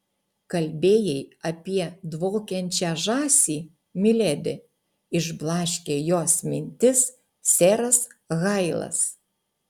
kalbėjai apie dvokiančią žąsį miledi išblaškė jos mintis seras hailas